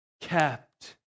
kept